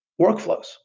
workflows